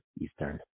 Eastern